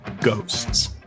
ghosts